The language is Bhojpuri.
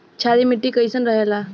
क्षारीय मिट्टी कईसन रहेला?